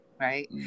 right